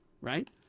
Right